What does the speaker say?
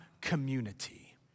community